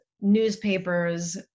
newspapers